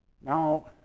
Now